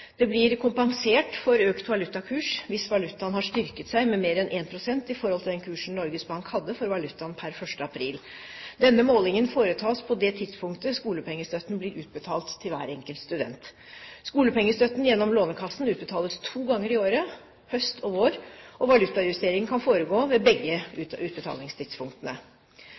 Det blir kompensert for økt valutakurs hvis valutaen har styrket seg med mer enn 1 pst. i forhold til den kursen Norges Bank hadde for valutaen pr. 1. april. Denne målingen foretas på det tidspunktet skolepengestøtten blir utbetalt til hver enkelt student. Skolepengestøtten gjennom Lånekassen utbetales to ganger i året, høst og vår, og valutajustering kan foregå ved begge utbetalingstidspunktene.